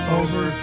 over